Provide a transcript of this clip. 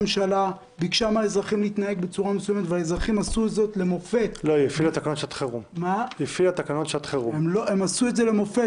שפוגעים באזרחים ומצמצמים את פעילותם ועכשיו גם מעלים